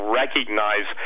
recognize